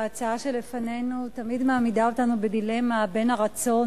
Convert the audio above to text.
ההצעה שלפנינו תמיד מעמידה אותנו בדילמה בין הרצון